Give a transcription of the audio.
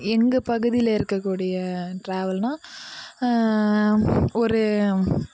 எங்கள் பகுதியில இருக்கக்கூடிய ட்ராவல்ன்னா ஒரு